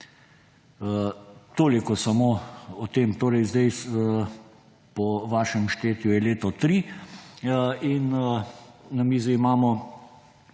Toliko samo o tem. Torej zdaj po vašem štetju je leto 3 in na mizi imamo